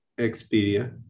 Expedia